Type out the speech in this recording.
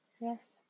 yes